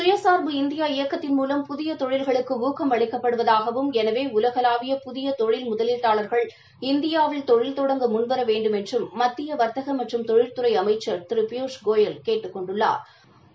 கயசார்பு இந்தியா இயக்கத்தின் மூலம் புதிய தொழில்களுக்கு ஊக்கம் அளிக்கப்படுவதாகவும் எனவே உலகளாவிய புதிய தொழில் முதலீட்டாளர்கள் இந்தியாவில் தொழில் தொடங்க முன்வர வேண்டுமென்றும் மத்திய வாத்தக மற்றும் தொழில்துறை அமைச்சா் திரு பியூஷ் கோயல் கேட்டுக் கொண்டுள்ளாா்